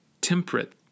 temperate